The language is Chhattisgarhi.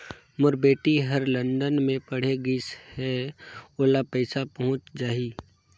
मोर बेटी हर लंदन मे पढ़े गिस हय, ओला पइसा पहुंच जाहि?